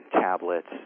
tablets